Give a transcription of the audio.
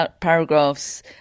paragraphs